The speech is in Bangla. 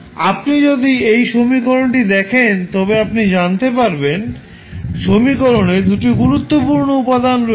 আপনি যদি এই সমীকরণটি দেখেন তবে আপনি জানতে পারবেন সমীকরণে 2 টি গুরুত্বপূর্ণ উপাদান রয়েছে